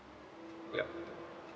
yup